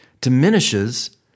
diminishes